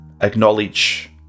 acknowledge